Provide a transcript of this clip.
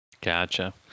gotcha